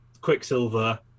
Quicksilver